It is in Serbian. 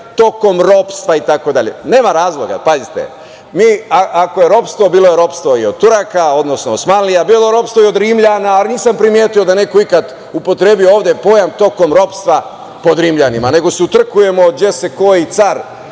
tokom ropstva, itd. Nema razloga. Ako je ropstvo, bilo je ropstvo i od Turaka, odnosno osmanlija, bilo je ropstvo i od Rimljana, ali nisam primetio da je neko ikada upotrebio ovde pojam tokom ropstva pod Rimljanima, nego su utrkujemo gde se koji car